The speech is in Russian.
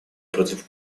против